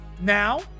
Now